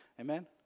Amen